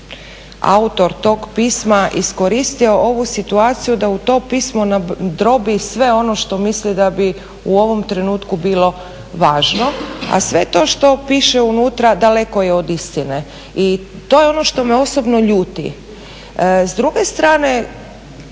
autor tog pisma iskoristio ovu situaciju da u to pismo nadrobi sve ono što misli da bi u ovom trenutku bilo važno, a sve to što piše unutra daleko je od istine i to je ono što me osobno ljuti. S druge strane,